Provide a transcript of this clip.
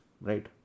Right